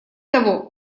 того